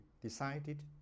decided